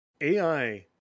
AI